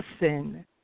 listen